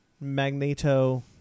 Magneto